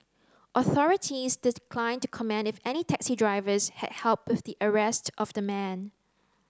authorities to comment if any taxi drivers had help with the arrest of the man